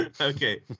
Okay